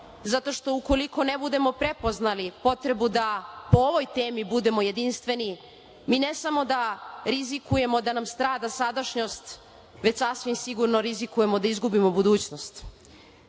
zato što ukoliko ne budemo prepoznali potrebu da o ovoj temi budemo jedinstveni, mi ne samo da rizikujemo da nam strada sadašnjost, već sasvim sigurno rizikujemo da izgubimo budućnost. Sada